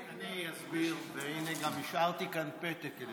אני אסביר, והינה, גם השארתי כאן פתק כדי,